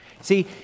See